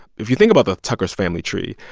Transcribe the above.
if you think about the tucker's family tree,